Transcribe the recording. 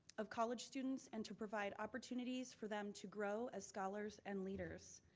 of college students and to provide opportunities for them to grow as scholars and leaders.